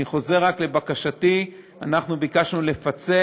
אני חוזר רק על בקשתי, אנחנו ביקשנו לפצל,